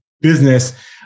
Business